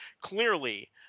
clearly